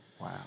wow